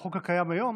החוק הקיים היום,